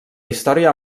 història